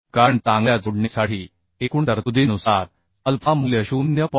कारण चांगल्या जोडणीसाठी एकूण तरतुदींनुसार अल्फा मूल्य 0